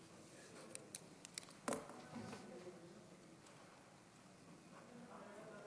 לא יודע איך